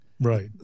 Right